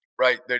right